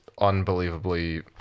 unbelievably